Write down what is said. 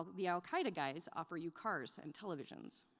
the al qaeda guys offer you cars and televisions.